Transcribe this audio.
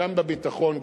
גם בביטחון,